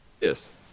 Yes